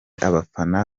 abafana